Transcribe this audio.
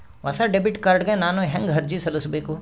ಹೊಸ debit card ಗ ನಾನು ಹೆಂಗ ಅರ್ಜಿ ಸಲ್ಲಿಸಬೇಕು?